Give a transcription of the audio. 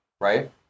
right